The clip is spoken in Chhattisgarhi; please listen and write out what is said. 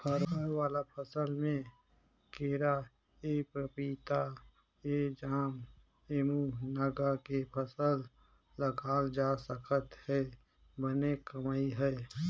फर वाला फसल में केराएपपीताएजामएमूनगा के फसल लगाल जा सकत हे बने कमई हे